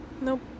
Nope